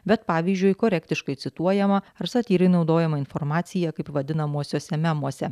bet pavyzdžiui korektiškai cituojama ar satyrai naudojama informacija kaip vadinamosiuose memuose